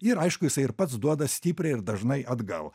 ir aišku jisai ir pats duoda stipriai ir dažnai atgal